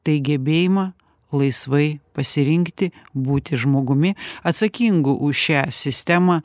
tai gebėjimą laisvai pasirinkti būti žmogumi atsakingu už šią sistemą